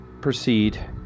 proceed